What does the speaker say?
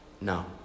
no